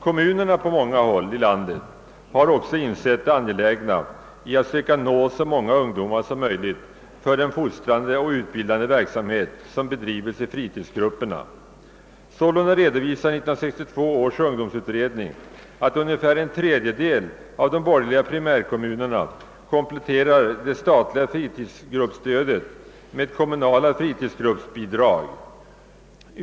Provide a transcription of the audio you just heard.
Kommunerna på många håll i landet har också insett det angelägna i att söka nå så många ungdomar som möjligt för den fostrande och utbildande verksamhet som bedrivs i fritidsgrupperna. Sålunda redovisar 1962 års ungdomsutredning att ungefär en tredjedel av de borgerliga primärkommunerna kompletterar det statliga fritidsgruppstödet med kommunala fritidsgruppsbidrag.